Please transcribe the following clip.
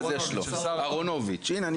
אהרונוביץ' הנה,